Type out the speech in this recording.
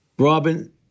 Robin